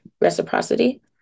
reciprocity